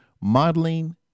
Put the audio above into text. modeling